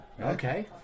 okay